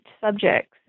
subjects